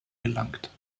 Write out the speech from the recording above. gelangt